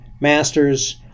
masters